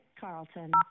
Carlton